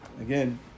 again